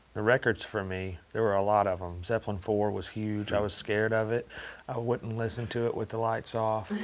the records for me, there were a lot of them. zeppelin iv was huge. i was scared of it. i wouldn't listen to it with the lights off.